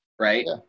Right